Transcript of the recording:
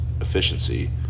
efficiency